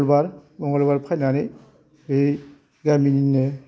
मंगलबार मंगलबार फैनानै बै गामिनिनो